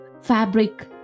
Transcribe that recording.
fabric